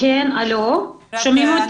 שנים היו פשוט סיוט, מלחמה.